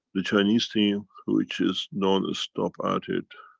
the chinese team which is non-stop at it,